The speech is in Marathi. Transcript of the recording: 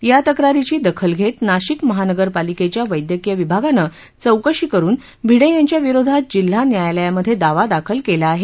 या तक्रारीची दखल घेत नाशिक महानगरपालिकेच्या वैद्यकीय विभागानं चौकशी करून भिडे यांच्या विरोधात जिल्हा न्यायालयामध्ये दावा दाखल केला आहे